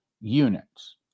units